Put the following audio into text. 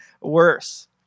worse